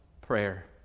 prayer